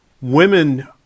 women